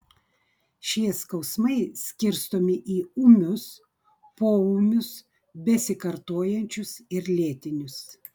šie skausmai skirstomi į ūmius poūmius besikartojančius ir lėtinius